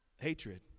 Hatred